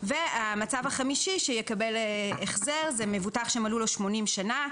ומצב חמישי שיקבל החזר זה מבוטח שמלאו לו 80 שנה,